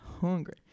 hungry